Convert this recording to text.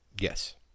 Yes